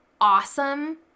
awesome